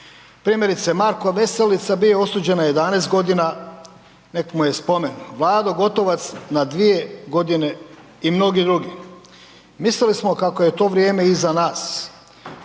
Primjerice Marko Veselica je bio osuđen na 11 g., nek mu je spomen, Vlado Gotovac na 2 g. i mnogi drugi. Mislili smo kako je to vrijeme iza nas